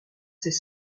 c’est